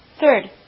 third